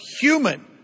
human